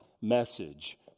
message